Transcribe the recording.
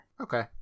okay